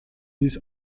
dies